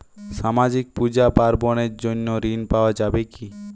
সামাজিক পূজা পার্বণ এর জন্য ঋণ পাওয়া যাবে কি?